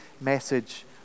message